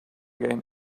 game